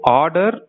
order